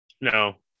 No